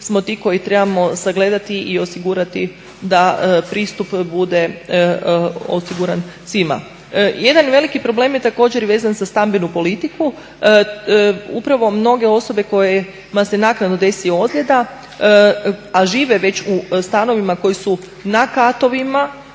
smo ti koji trebamo sagledati i osigurati da pristup bude osiguran svima. Jedan veliki problem je također vezan za stambenu politiku, upravo mnoge osobe kojima se naknadno desi ozljeda a žive već u stanovima koji su na katovima,